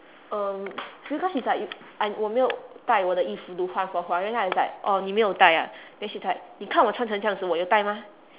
um because she's like y~ I 我没有带我的衣服 to 换 for 华苑 then I is like orh 你没有带啊 then she's like 你看我穿成这样子我有带吗